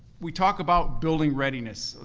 we talk about building readiness.